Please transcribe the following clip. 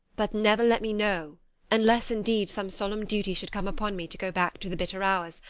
but never let me know unless, indeed, some solemn duty should come upon me to go back to the bitter hours,